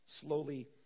slowly